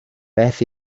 beth